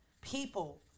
people